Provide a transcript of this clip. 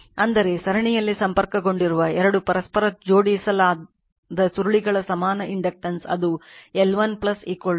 ಅಂದರೆ ಸರಣಿಯಲ್ಲಿ ಸಂಪರ್ಕಗೊಂಡಿರುವ 2 ಪರಸ್ಪರ ಜೋಡಿಸಲಾದ ಸುರುಳಿಗಳ ಸಮಾನ ಇಂಡಕ್ಟನ್ಸ್ ಅದು L1 2 M ಆಗಿರುತ್ತದೆ